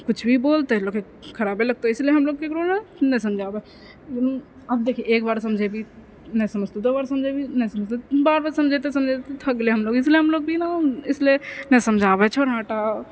कुछ भी बोलऽ तऽ ई लोक के खराबे लगतौ इसलिए हमलोग ककरो नहि समझाबिए आब देखी एकबेर समझेबही नहि समझतौ दो बेर समझेबही नहि समझतौ बेर बेर समझैते समझैते थकि गेलिए हमलोग इसलिए हमलोग भी ने इसलिए नहि समझाबै छिए छोड़ हटा